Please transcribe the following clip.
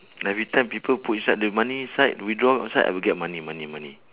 every time people put inside the money inside withdraw outside I will get money money money